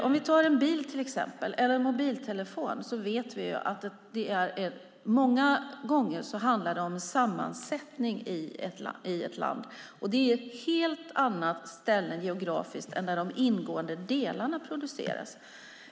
Om vi tar en bil till exempel eller en mobiltelefon vet vi att det många gånger handlar om sammansättning i ett land. Det är ett helt annat ställe geografiskt än där de ingående delarna produceras.